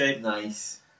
Nice